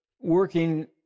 working